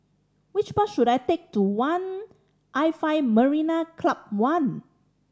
which bus should I take to one I five Marina Club One